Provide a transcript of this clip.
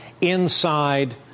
inside